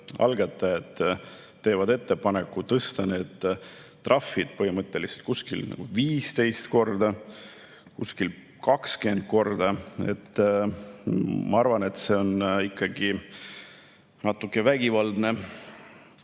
algatajad teevad ettepaneku tõsta neid trahve põhimõtteliselt kuskil 15 korda, kuskil 20 korda. Ma arvan, et see on ikkagi natuke vägivaldne.